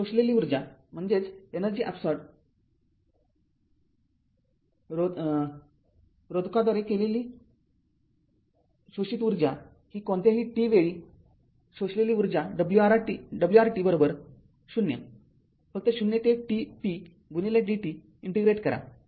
आता रोधकाद्वारे शोषलेली ऊर्जा ही कोणत्याही t वेळी शोषलेली ऊर्जा W R t 0 फक्त ० ते t p dt इंटिग्रेट करा